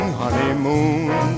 honeymoon